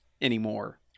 anymore